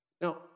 Now